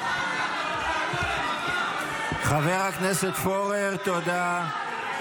חבר הכנסת פורר, תודה.